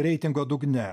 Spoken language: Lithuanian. reitingo dugne